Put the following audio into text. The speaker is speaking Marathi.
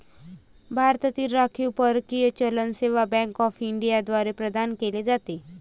भारतातील राखीव परकीय चलन सेवा बँक ऑफ इंडिया द्वारे प्रदान केले जाते